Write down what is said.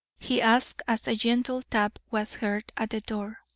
he asked as a gentle tap was heard at the door.